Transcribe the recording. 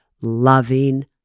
Loving